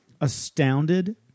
astounded